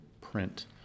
print